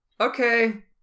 okay